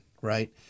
right